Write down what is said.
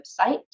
website